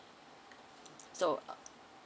so